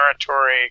territory